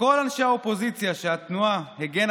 וכל אנשי האופוזיציה שהתנועה הגנה